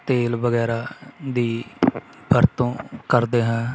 ਤੇਲ ਵਗੈਰਾ ਦੀ ਵਰਤੋਂ ਕਰਦੇ ਹੈ